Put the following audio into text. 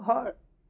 ঘৰ